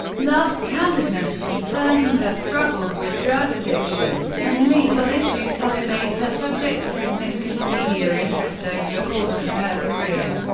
love's candidness concerning her struggles with drug addiction and legal issues has made her subject to significant media interest over the course of her career,